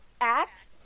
act